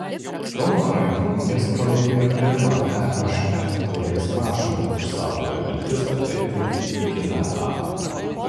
kauno rankininkės pralaimėjo pirmą ehf taurės mačą bet išsaugojo viltis patekti į kitą etapą